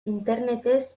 internetez